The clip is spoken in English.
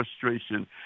frustration